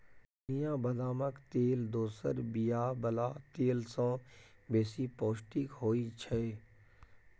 चिनियाँ बदामक तेल दोसर बीया बला तेल सँ बेसी पौष्टिक होइ छै